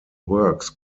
works